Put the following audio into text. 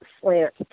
slant